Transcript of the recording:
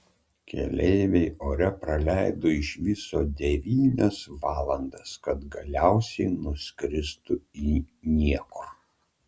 keleiviai ore praleido iš viso devynias valandas kad galiausiai nuskristų į niekur